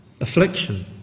affliction